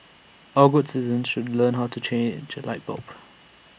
all good citizens should learn how to change A light bulb